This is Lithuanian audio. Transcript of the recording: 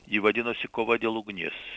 ji vadinasi kova dėl ugnies